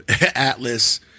Atlas